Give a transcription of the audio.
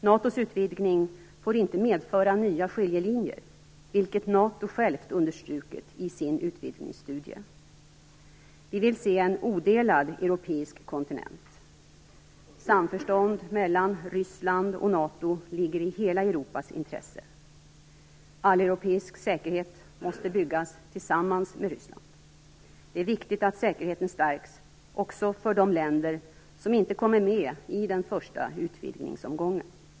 NATO:s utvidgning får inte medföra nya skiljelinjer, vilket NATO självt understrukit i sin utvidgningsstudie. Vi vill se en odelad europeisk kontinent. Samförstånd mellan Ryssland och NATO ligger i hela Europas intresse. Alleuropeisk säkerhet måste byggas tillsammans med Ryssland. Det är viktigt att säkerheten stärks också för de länder som inte kommer med i den första utvidgningsomgången.